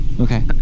Okay